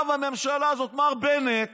עכשיו, הממשלה הזאת, מר בנט